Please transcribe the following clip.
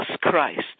Christ